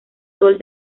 sol